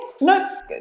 no